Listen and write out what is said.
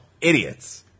Idiots